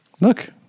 Look